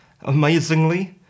Amazingly